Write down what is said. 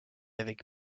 avec